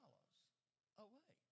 away